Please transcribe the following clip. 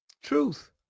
truth